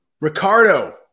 Ricardo